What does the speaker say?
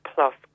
Plus